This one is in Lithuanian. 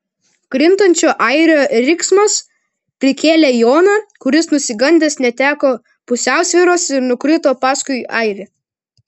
krintančio airio riksmas prikėlė joną kuris nusigandęs neteko pusiausvyros ir nukrito paskui airį